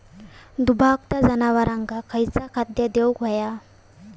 दुभत्या जनावरांका खयचा खाद्य देऊक व्हया?